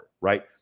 right